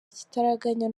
ikitaraganya